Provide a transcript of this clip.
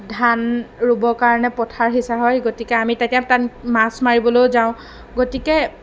ধান ৰুবৰ কাৰণে পথাৰ সিচা হয় গতিকে আমি তেতিয়া তাত মাছ মাৰিবলৈও যাওঁ গতিকে